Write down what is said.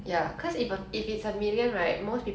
ya that's what I just said 投资